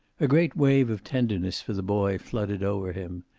a great wave of tenderness for the boy flooded over him.